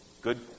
good